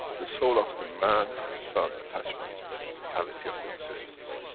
the soul of the man has found attachment to the physicality of the existence.